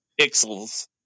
pixels